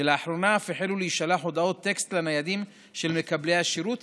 ולאחרונה אף החלו להישלח הודעות טקסט לניידים של מקבלי השירות,